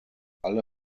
alle